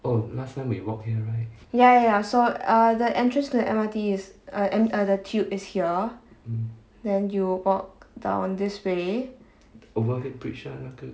ya ya ya so err the entrance to the M_R_T is uh and uh the tube is here then you walk down this way